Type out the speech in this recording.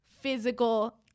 physical